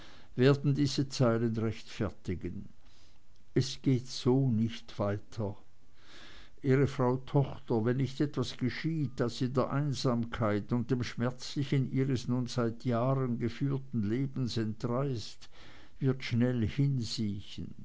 werden diese zeilen rechtfertigen es geht so nicht weiter ihre frau tochter wenn nicht etwas geschieht das sie der einsamkeit und dem schmerzlichen ihres nun seit jahren geführten lebens entreißt wird schnell hinsiechen